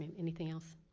and anything else?